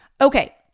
Okay